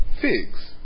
Figs